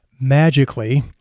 magically